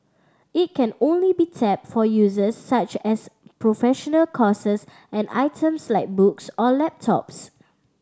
it can only be tapped for uses such as professional courses and items like books or laptops